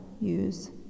use